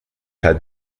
had